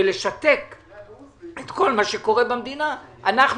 וכל מה שקורה במדינה משותק,